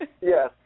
Yes